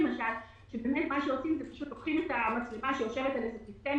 לוקחים את המצלמה שמונחת על איזה כיסא,